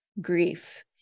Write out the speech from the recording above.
grief